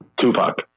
tupac